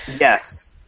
yes